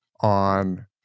on